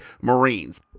Marines